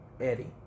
Eddie